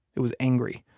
it was angry.